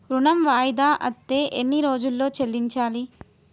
ఋణం వాయిదా అత్తే ఎన్ని రోజుల్లో చెల్లించాలి?